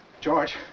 George